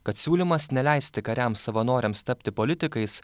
kad siūlymas neleisti kariams savanoriams tapti politikais